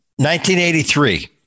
1983